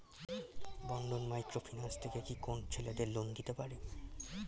বন্ধন micro finance থেকে কি কোন ছেলেদের লোন দিতে পারে?